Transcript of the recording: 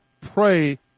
pray